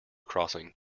crossing